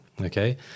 okay